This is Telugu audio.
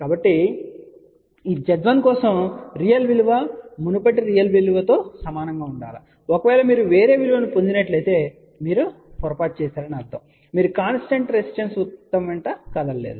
కాబట్టి ఈ z1 కోసం రియల్ విలువ మునుపటి రియల్ విలువ తో సమానంగా ఉండాలిఒకవేళ మీరు వేరే విలువను పొందుతున్నట్లయితే మీరు పొరపాటు చేసారు అని పరిగణించండి మీరు కాన్స్టెంట్ రెసిస్టెన్స్ వృత్తం వెంట కదలలేదు